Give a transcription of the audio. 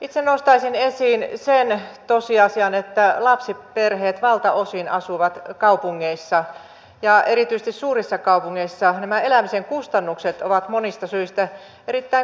itse nostaisin esiin sen tosiasian että lapsiperheet asuvat valtaosin kaupungeissa ja erityisesti suurissa kaupungeissa elämisen kustannukset ovat monista syistä erittäin korkeat